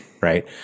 right